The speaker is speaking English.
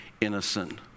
innocent